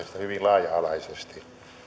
hyvin laaja alaisesti